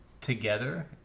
together